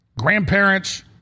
grandparents